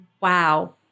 Wow